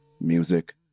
music